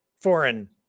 foreign